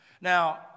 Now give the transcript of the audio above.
Now